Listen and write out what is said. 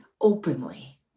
openly